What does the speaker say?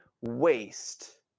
waste